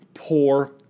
poor